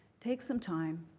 take some time,